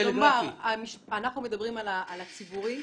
הציבורי,